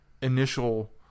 initial